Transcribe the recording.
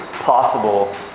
Possible